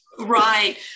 right